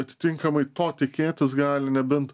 atitinkamai to tikėtis gali nebent